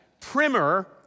primer